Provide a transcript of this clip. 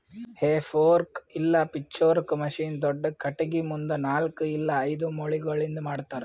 ಹೇ fork ಇಲ್ಲ pitchfork machine ದೊಡ್ದ ಖಟಗಿ ಮುಂದ ನಾಲ್ಕ್ ಇಲ್ಲ ಐದು ಮೊಳಿಗಳಿಂದ್ ಮಾಡ್ತರ